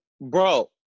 bro